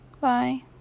bye